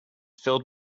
filled